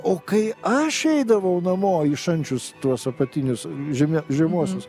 o kai aš eidavau namo į šančius tuos apatinius žeme žemuosius